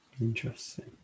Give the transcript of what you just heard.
Interesting